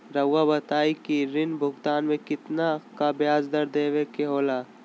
रहुआ बताइं कि ऋण भुगतान में कितना का ब्याज दर देवें के होला?